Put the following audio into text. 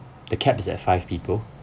the cap is at five people